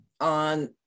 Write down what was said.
on